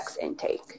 intake